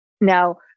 Now